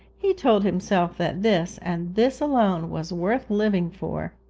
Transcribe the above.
he told himself that this and this alone was worth living for.